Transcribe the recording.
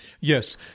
Yes